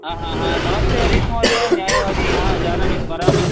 आ हा हा नमस्ते हरीषः महोदय न्यायवादी हा जानामि स्मरामि